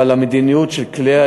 אבל המדיניות לגבי כלי